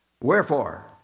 Wherefore